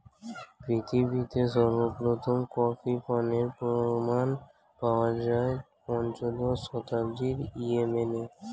পৃথিবীতে সর্বপ্রথম কফি পানের প্রমাণ পাওয়া যায় পঞ্চদশ শতাব্দীর ইয়েমেনে